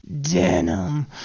Denim